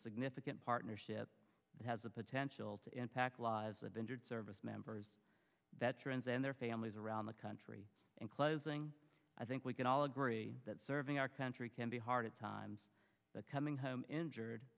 significant partnership has the potential to impact the lives of injured service members veterans and their families around the country in closing i think we can all agree that serving our country can be hard at times the coming home injured